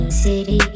City